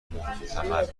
محتمل